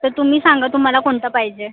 तर तुम्ही सांगा तुम्हाला कोणतं पाहिजे